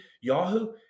Yahoo